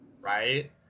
Right